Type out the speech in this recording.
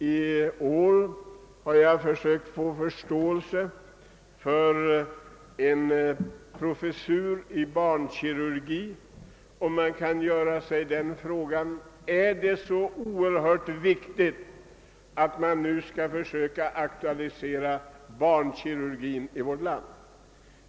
I år har jag försökt vinna förståelse för behovet av en professur i barnkirurgi. Man kan ställa frågan: Är det så oerhört viktigt att nu försöka aktualisera barnkirurgin i vårt land?